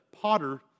potter